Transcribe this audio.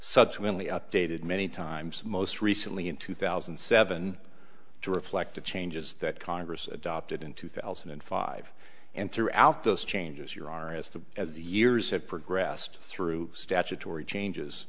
subsequently updated many times most recently in two thousand and seven to reflect the changes that congress adopted in two thousand and five and throughout those changes your are as the as the years have progressed through statutory changes